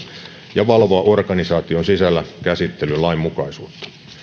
ja valvoa organisaation sisällä käsittelyn lainmukaisuutta